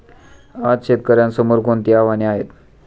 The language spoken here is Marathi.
आज शेतकऱ्यांसमोर कोणती आव्हाने आहेत?